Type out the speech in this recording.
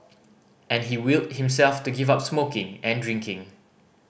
and he willed himself to give up smoking and drinking